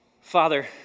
Father